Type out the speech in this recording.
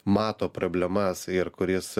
mato problemas ir kuris